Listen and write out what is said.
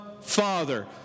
Father